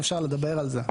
אפשר לדבר על זה.